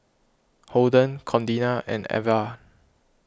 Holden Contina and Avah